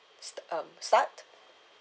sta~ um start